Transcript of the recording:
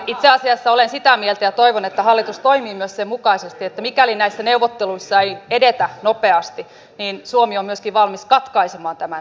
itse asiassa olen sitä mieltä ja toivon että hallitus toimii myös sen mukaisesti että mikäli näissä neuvotteluissa ei edetä nopeasti niin suomi on myöskin valmis katkaisemaan tämän verosopimuksen